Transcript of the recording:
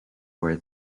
where